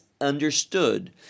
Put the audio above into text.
understood